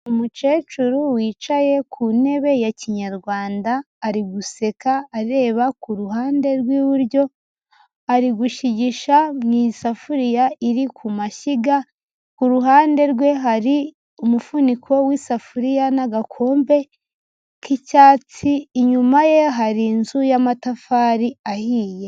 Umucecuru wicaye ku ntebe ya kinyarwanda, ari guseka areba ku ruhande rw'iburyo, ari gushigisha mu isafuriya iri ku mashyiga, ku ruhande rwe hari umufuniko w'isafuriya n'agakombe k'icyatsi, inyuma ye hari inzu y'amatafari ahiye.